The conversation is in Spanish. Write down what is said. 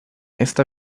esta